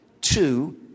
two